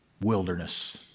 wilderness